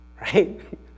right